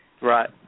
Right